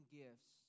gifts